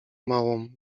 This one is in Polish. małą